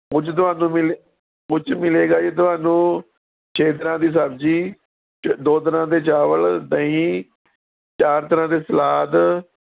ਉਹ 'ਚ ਤੁਹਾਨੂੰ ਮਿਲੇ ਉਹ 'ਚ ਮਿਲੇਗਾ ਜੀ ਤੁਹਾਨੂੰ ਛੇ ਤਰ੍ਹਾਂ ਦੀ ਸਬਜ਼ੀ ਦੋ ਤਰ੍ਹਾਂ ਦੇ ਚਾਵਲ ਦਹੀਂ ਚਾਰ ਤਰ੍ਹਾਂ ਦੇ ਸਲਾਦ